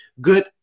good